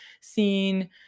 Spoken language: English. seen